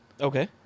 Okay